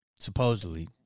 Supposedly